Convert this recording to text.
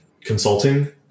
consulting